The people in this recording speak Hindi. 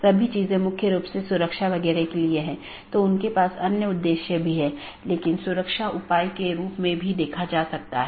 और यह मूल रूप से इन पथ विशेषताओं को लेता है